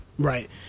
Right